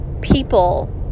people